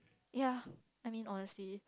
yeah I mean honestly